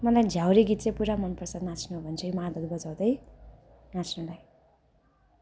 मलाई झ्याउरे गीत चाहिँ पुरा मनपर्छ नाच्न हो भने चाहिँ मादल बजाउँदै नाच्नुलाई